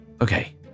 Okay